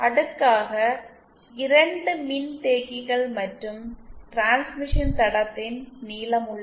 அடுக்காக 2 மின்தேக்கிகள் மற்றும் டிரான்ஸ்மிஷன் தடத்தின் நீளம் உள்ளது